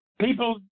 People